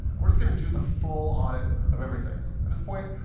we're just going to do the full audit of everything. at this point,